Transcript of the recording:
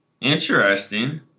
Interesting